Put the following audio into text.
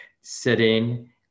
sitting